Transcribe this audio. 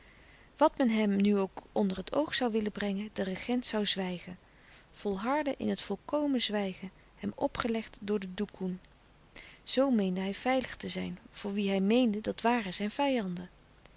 wat men hem nu ook onder het oog zoû willen brengen de regent zoû zwijgen volharden in het volkomen zwijgen hem opgelegd door de doekoen zoo meende hij veilig te zijn voor wie hij meende dat waren zijn vijanden